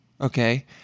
okay